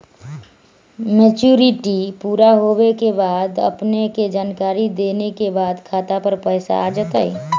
Maturity पुरा होवे के बाद अपने के जानकारी देने के बाद खाता पर पैसा आ जतई?